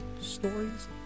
Stories